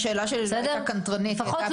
השאלה שלי לא הייתה קנטרנית, היא הייתה פרקטית.